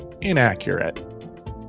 inaccurate